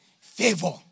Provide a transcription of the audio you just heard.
favor